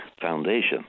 foundation